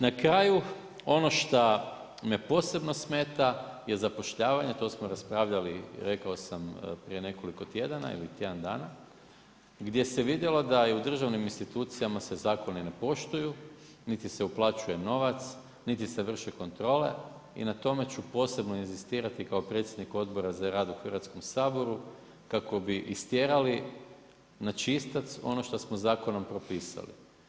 Na kraju, ono što me posebno smeta je zapošljavanje, to smo raspravljali, rekao sam prije nekoliko tjedana ili tjedan dana, gdje se vidjelo da je odražavanom institucijama se zakoni ne poštuju, niti se ne uplaćuje novac, niti se vrše kontrole i na tome ću posebno inzistirati kao predsjednik Odbora za rad u Hrvatskom saboru, kako bi istjerali na čistac ono što smo zakonom propisali.